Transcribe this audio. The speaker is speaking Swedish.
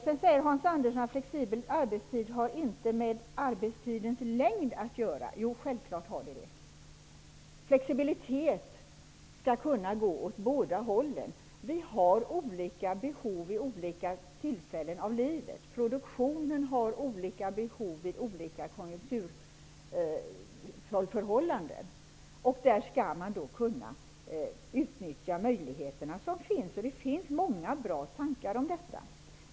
Hans Andersson säger att flexibel arbetstid inte har med arbetstidens längd att göra. De har självfallet med varandra att göra. Flexibilitet skall kunna fungera åt båda hållen. Vi har olika behov vid olika tillfällen av livet. Produktionsapparaten har olika behov vid olika konjunkturförhållanden. Man skall kunna utnyttja de möjligheter till flexibilitet som finns. Det finns många bra tankar om detta.